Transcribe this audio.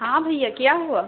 हाँ भैया क्या हुआ